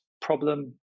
problem